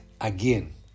again